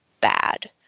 bad